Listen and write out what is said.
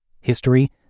history